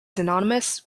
synonymous